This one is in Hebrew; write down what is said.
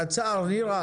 קצר נירה.